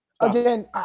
Again